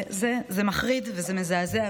זה מחריד וזה מזעזע.